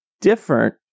different